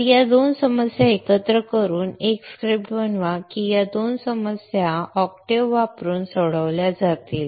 तर या 2 समस्या एकत्र करून एक स्क्रिप्ट बनवा की या 2 समस्या octave वापरून सोडवल्या जातील